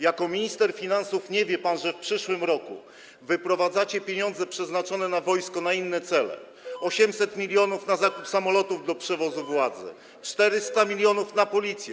Jako minister finansów nie wie pan, że w przyszłym roku wyprowadzacie pieniądze przeznaczone na wojsko na inne cele: 800 mln na zakup samolotów do przewozu władzy, 400 mln na Policję.